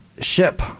ship